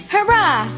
Hurrah